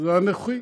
זה אנוכי.